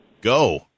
Go